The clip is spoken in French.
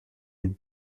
d’une